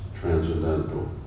transcendental